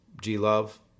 G-Love